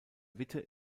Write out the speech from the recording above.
witte